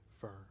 firm